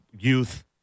Youth